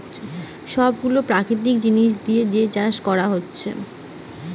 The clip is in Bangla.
সব গুলা প্রাকৃতিক জিনিস দিয়ে যে চাষ কোরা হচ্ছে